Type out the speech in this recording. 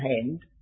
hand